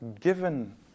given